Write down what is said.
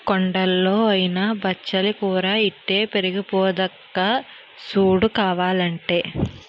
కొండల్లో అయినా బచ్చలి కూర ఇట్టే పెరిగిపోద్దక్కా సూడు కావాలంటే